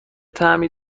طعمی